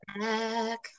back